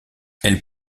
elle